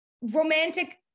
romantic